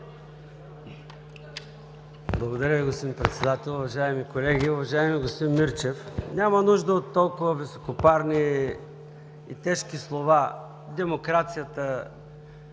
Благодаря Ви, господин Председател. Уважаеми колеги, уважаеми господин Мирчев! Няма нужда от толкова високопарни и тежки слова: демокрацията,